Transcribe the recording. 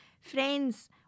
Friends